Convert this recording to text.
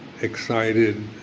excited